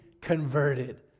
converted